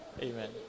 amen